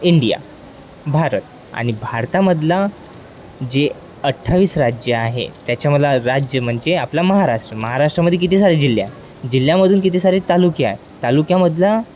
India Bharat आणि भारतामधला जे अठ्ठावीस राज्यं आहे त्याच्या मधला राज्य म्हणजे आपला महाराष्ट्र महाराष्ट्रमध्ये किती सारे जिल्हे आहेत जिल्ह्यामधून किती सारे तालुके आहे तालुक्यामधला